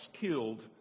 killed